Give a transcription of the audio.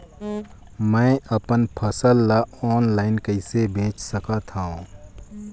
मैं अपन फसल ल ऑनलाइन कइसे बेच सकथव?